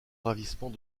ravissement